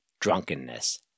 drunkenness